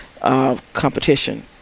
competition